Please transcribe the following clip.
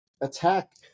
attack